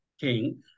king